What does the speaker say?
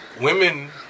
women